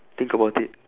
think about it